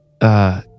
Uh